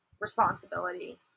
responsibility